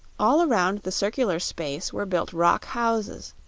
all around the circular space were built rock houses,